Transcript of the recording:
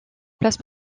place